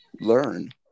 learn